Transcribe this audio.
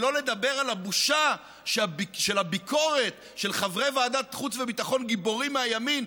שלא לדבר על הבושה של הביקורת של חברי ועדת חוץ וביטחון גיבורים מהימין,